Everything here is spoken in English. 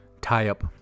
tie-up